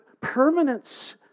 permanence